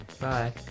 bye